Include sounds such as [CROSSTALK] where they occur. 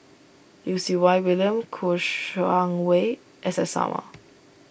Lim Siew Wai William Kouo Shang Wei S S Sarma [NOISE]